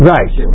Right